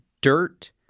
dirt